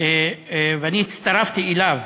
ואני הצטרפתי אליו